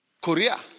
Korea